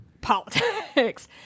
politics